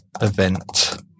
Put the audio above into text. event